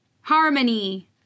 harmony